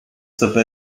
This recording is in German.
dabei